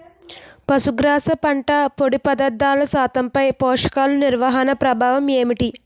పశుగ్రాస పంట పొడి పదార్థాల శాతంపై పోషకాలు నిర్వహణ ప్రభావం ఏమిటి?